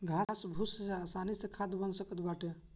घास फूस से आसानी से खाद बन सकत बाटे